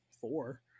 four